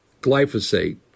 glyphosate